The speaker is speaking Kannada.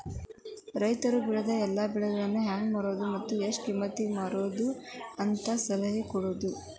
ರೈತರು ಬೆಳೆದ ಬೆಳೆಯನ್ನಾ ಹೆಂಗ ಮಾರುದು ಎಷ್ಟ ಕಿಮ್ಮತಿಗೆ ಮಾರುದು ಅಂತೇಳಿ ಸಲಹೆ ಕೊಡುದು